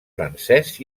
francès